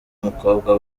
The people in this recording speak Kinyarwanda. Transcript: umukobwa